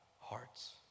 hearts